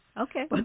Okay